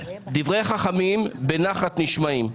דברי חכמים בנחת נשמעים.